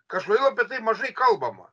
kažkodėl apie tai mažai kalbama